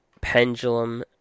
Pendulum